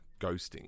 ghosting